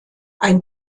ein